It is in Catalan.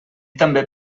també